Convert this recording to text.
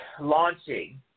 launching